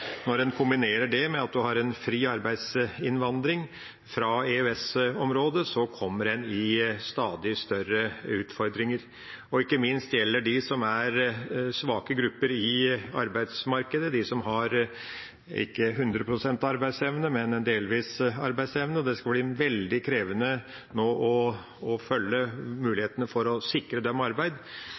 når en kombinerer det med at det er fri arbeidsinnvandring fra EØS-området, kommer en i stadig større utfordringer, ikke minst gjelder det de som er svake grupper i arbeidsmarkedet, de som ikke har 100 pst. arbeidsevne, men delvis arbeidsevne. Det skal bli veldig krevende nå å følge opp mulighetene for å sikre dem arbeid,